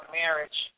marriage